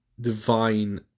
divine